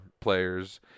players